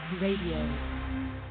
Radio